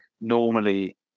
normally